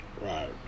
Right